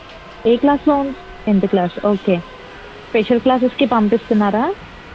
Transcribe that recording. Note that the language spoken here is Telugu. ఏ క్లాస్లో ఉంది టెన్త్ క్లాస్ ఓకే స్పెషల్ క్లాసెస్కి పంపిస్తున్నారా